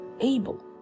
able